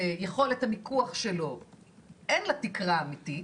שיכולת המיקוח שלו אין לה תקרה אמיתית,